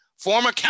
former